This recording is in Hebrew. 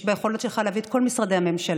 יש ביכולת שלך להביא את כל משרדי הממשלה,